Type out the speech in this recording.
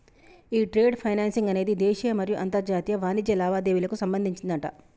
ఈ trade finance అనేది దేశీయ మరియు అంతర్జాతీయ వాణిజ్య లావాదేవీలకు సంబంధించిందట